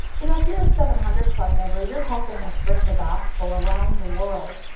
you know, if you're a seven hundred club member, you're helping us bring the gospel around the world.